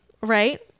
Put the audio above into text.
right